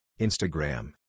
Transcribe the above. Instagram